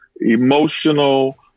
emotional